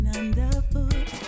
underfoot